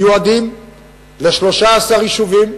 ל-13 יישובים,